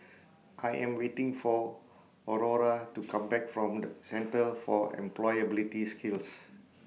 I Am waiting For Aurore to Come Back from The Centre For Employability Skills